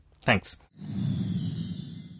Thanks